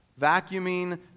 vacuuming